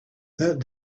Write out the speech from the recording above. that